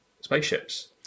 spaceships